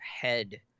head